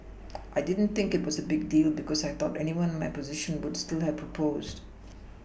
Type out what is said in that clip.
I didn't think it was a big deal because I thought anyone in my position would still have proposed